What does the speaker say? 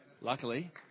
luckily